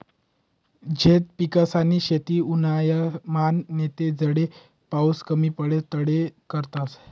झैद पिकेसनी शेती उन्हायामान नैते जठे पाऊस कमी पडस तठे करतस